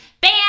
Bam